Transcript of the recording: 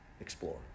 explore